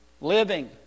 living